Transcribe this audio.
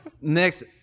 next